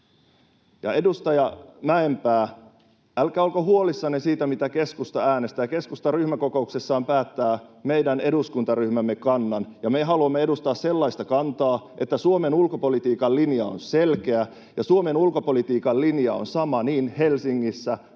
Ja, edustaja Mäenpää, älkää olko huolissanne siitä, mitä keskusta äänestää. Keskusta ryhmäkokouksessaan päättää meidän eduskuntaryhmämme kannan, ja me haluamme edustaa sellaista kantaa, että Suomen ulkopolitiikan linja on selkeä ja Suomen ulkopolitiikan linja on sama niin Helsingissä,